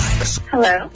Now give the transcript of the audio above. Hello